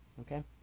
okay